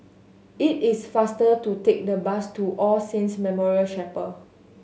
it is faster to take the bus to All Saints Memorial Chapel